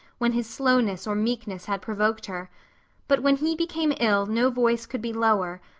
when his slowness or meekness had provoked her but when he became ill no voice could be lower,